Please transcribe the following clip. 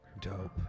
Dope